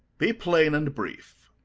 be plain and brief.